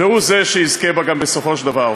והוא זה שיזכה בה גם בסופו של דבר.